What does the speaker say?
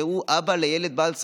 שהוא אבא לילד בעל צרכים.